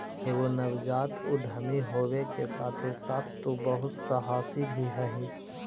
एगो नवजात उद्यमी होबे के साथे साथे तु बहुत सहासी भी हहिं